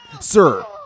Sir